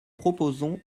proposons